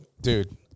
dude